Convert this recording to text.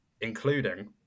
including